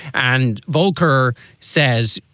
and voelker says,